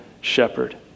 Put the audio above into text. shepherd